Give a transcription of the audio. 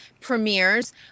premieres